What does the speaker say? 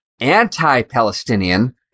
anti-Palestinian